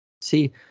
See